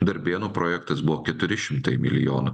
darbėnų projektas buvo keturi šimtai milijonų